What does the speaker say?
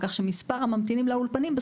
כך שמספר הממתינים לאולפנים,